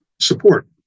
support